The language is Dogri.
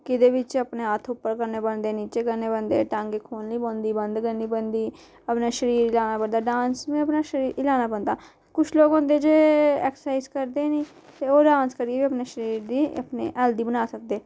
कदें बिच्च अपने हत्थ उप्पर करने पौंदे नीचे करने पौंदे टांगे खोलनी पौंदी बंद करनी पौंदी अपना शरीर हिलाना पढ़ता डांस में अपना शरीर हिलाना पौंदा कुछ लोक होंदे जे ऐक्सरसाइज करदे नि ते ओह् डांस करियै अपने शरीर दी अपनी हैल्थी बना सकदे